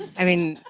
i mean,